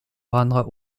rendre